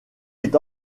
est